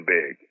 big